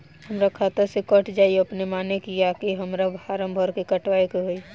हमरा खाता से कट जायी अपने माने की आके हमरा फारम भर के कटवाए के होई?